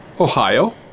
Ohio